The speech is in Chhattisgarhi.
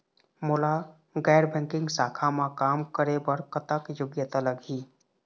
मोला गैर बैंकिंग शाखा मा काम करे बर कतक योग्यता लगही?